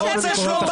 אחדות.